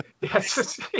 Yes